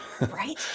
Right